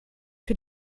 für